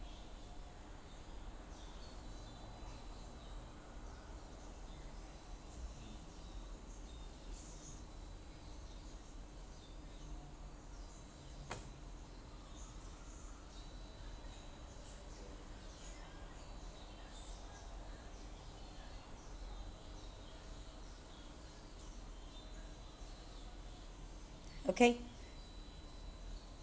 okay